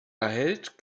erhält